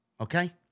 okay